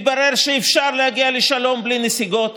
מתברר שאפשר להגיע לשלום בלי נסיגות,